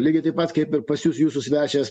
lygiai taip pat kaip ir pas jus jūsų svečias